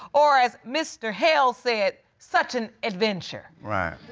or as mr. hail said, such an adventure. right.